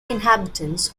inhabitants